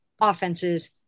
offenses